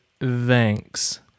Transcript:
thanks